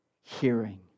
hearing